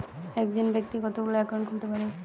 একজন ব্যাক্তি কতগুলো অ্যাকাউন্ট খুলতে পারে?